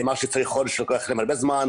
מה שצריך חודש לוקח להם הרבה זמן.